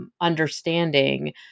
understanding